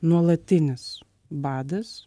nuolatinis badas